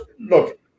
look